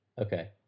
Okay